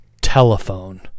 telephone